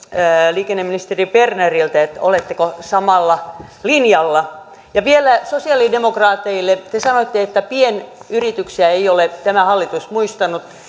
liikenneministeri berneriltä oletteko samalla linjalla ja vielä sosiaalidemokraateille te sanoitte että pienyrityksiä ei ole tämä hallitus muistanut